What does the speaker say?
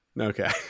okay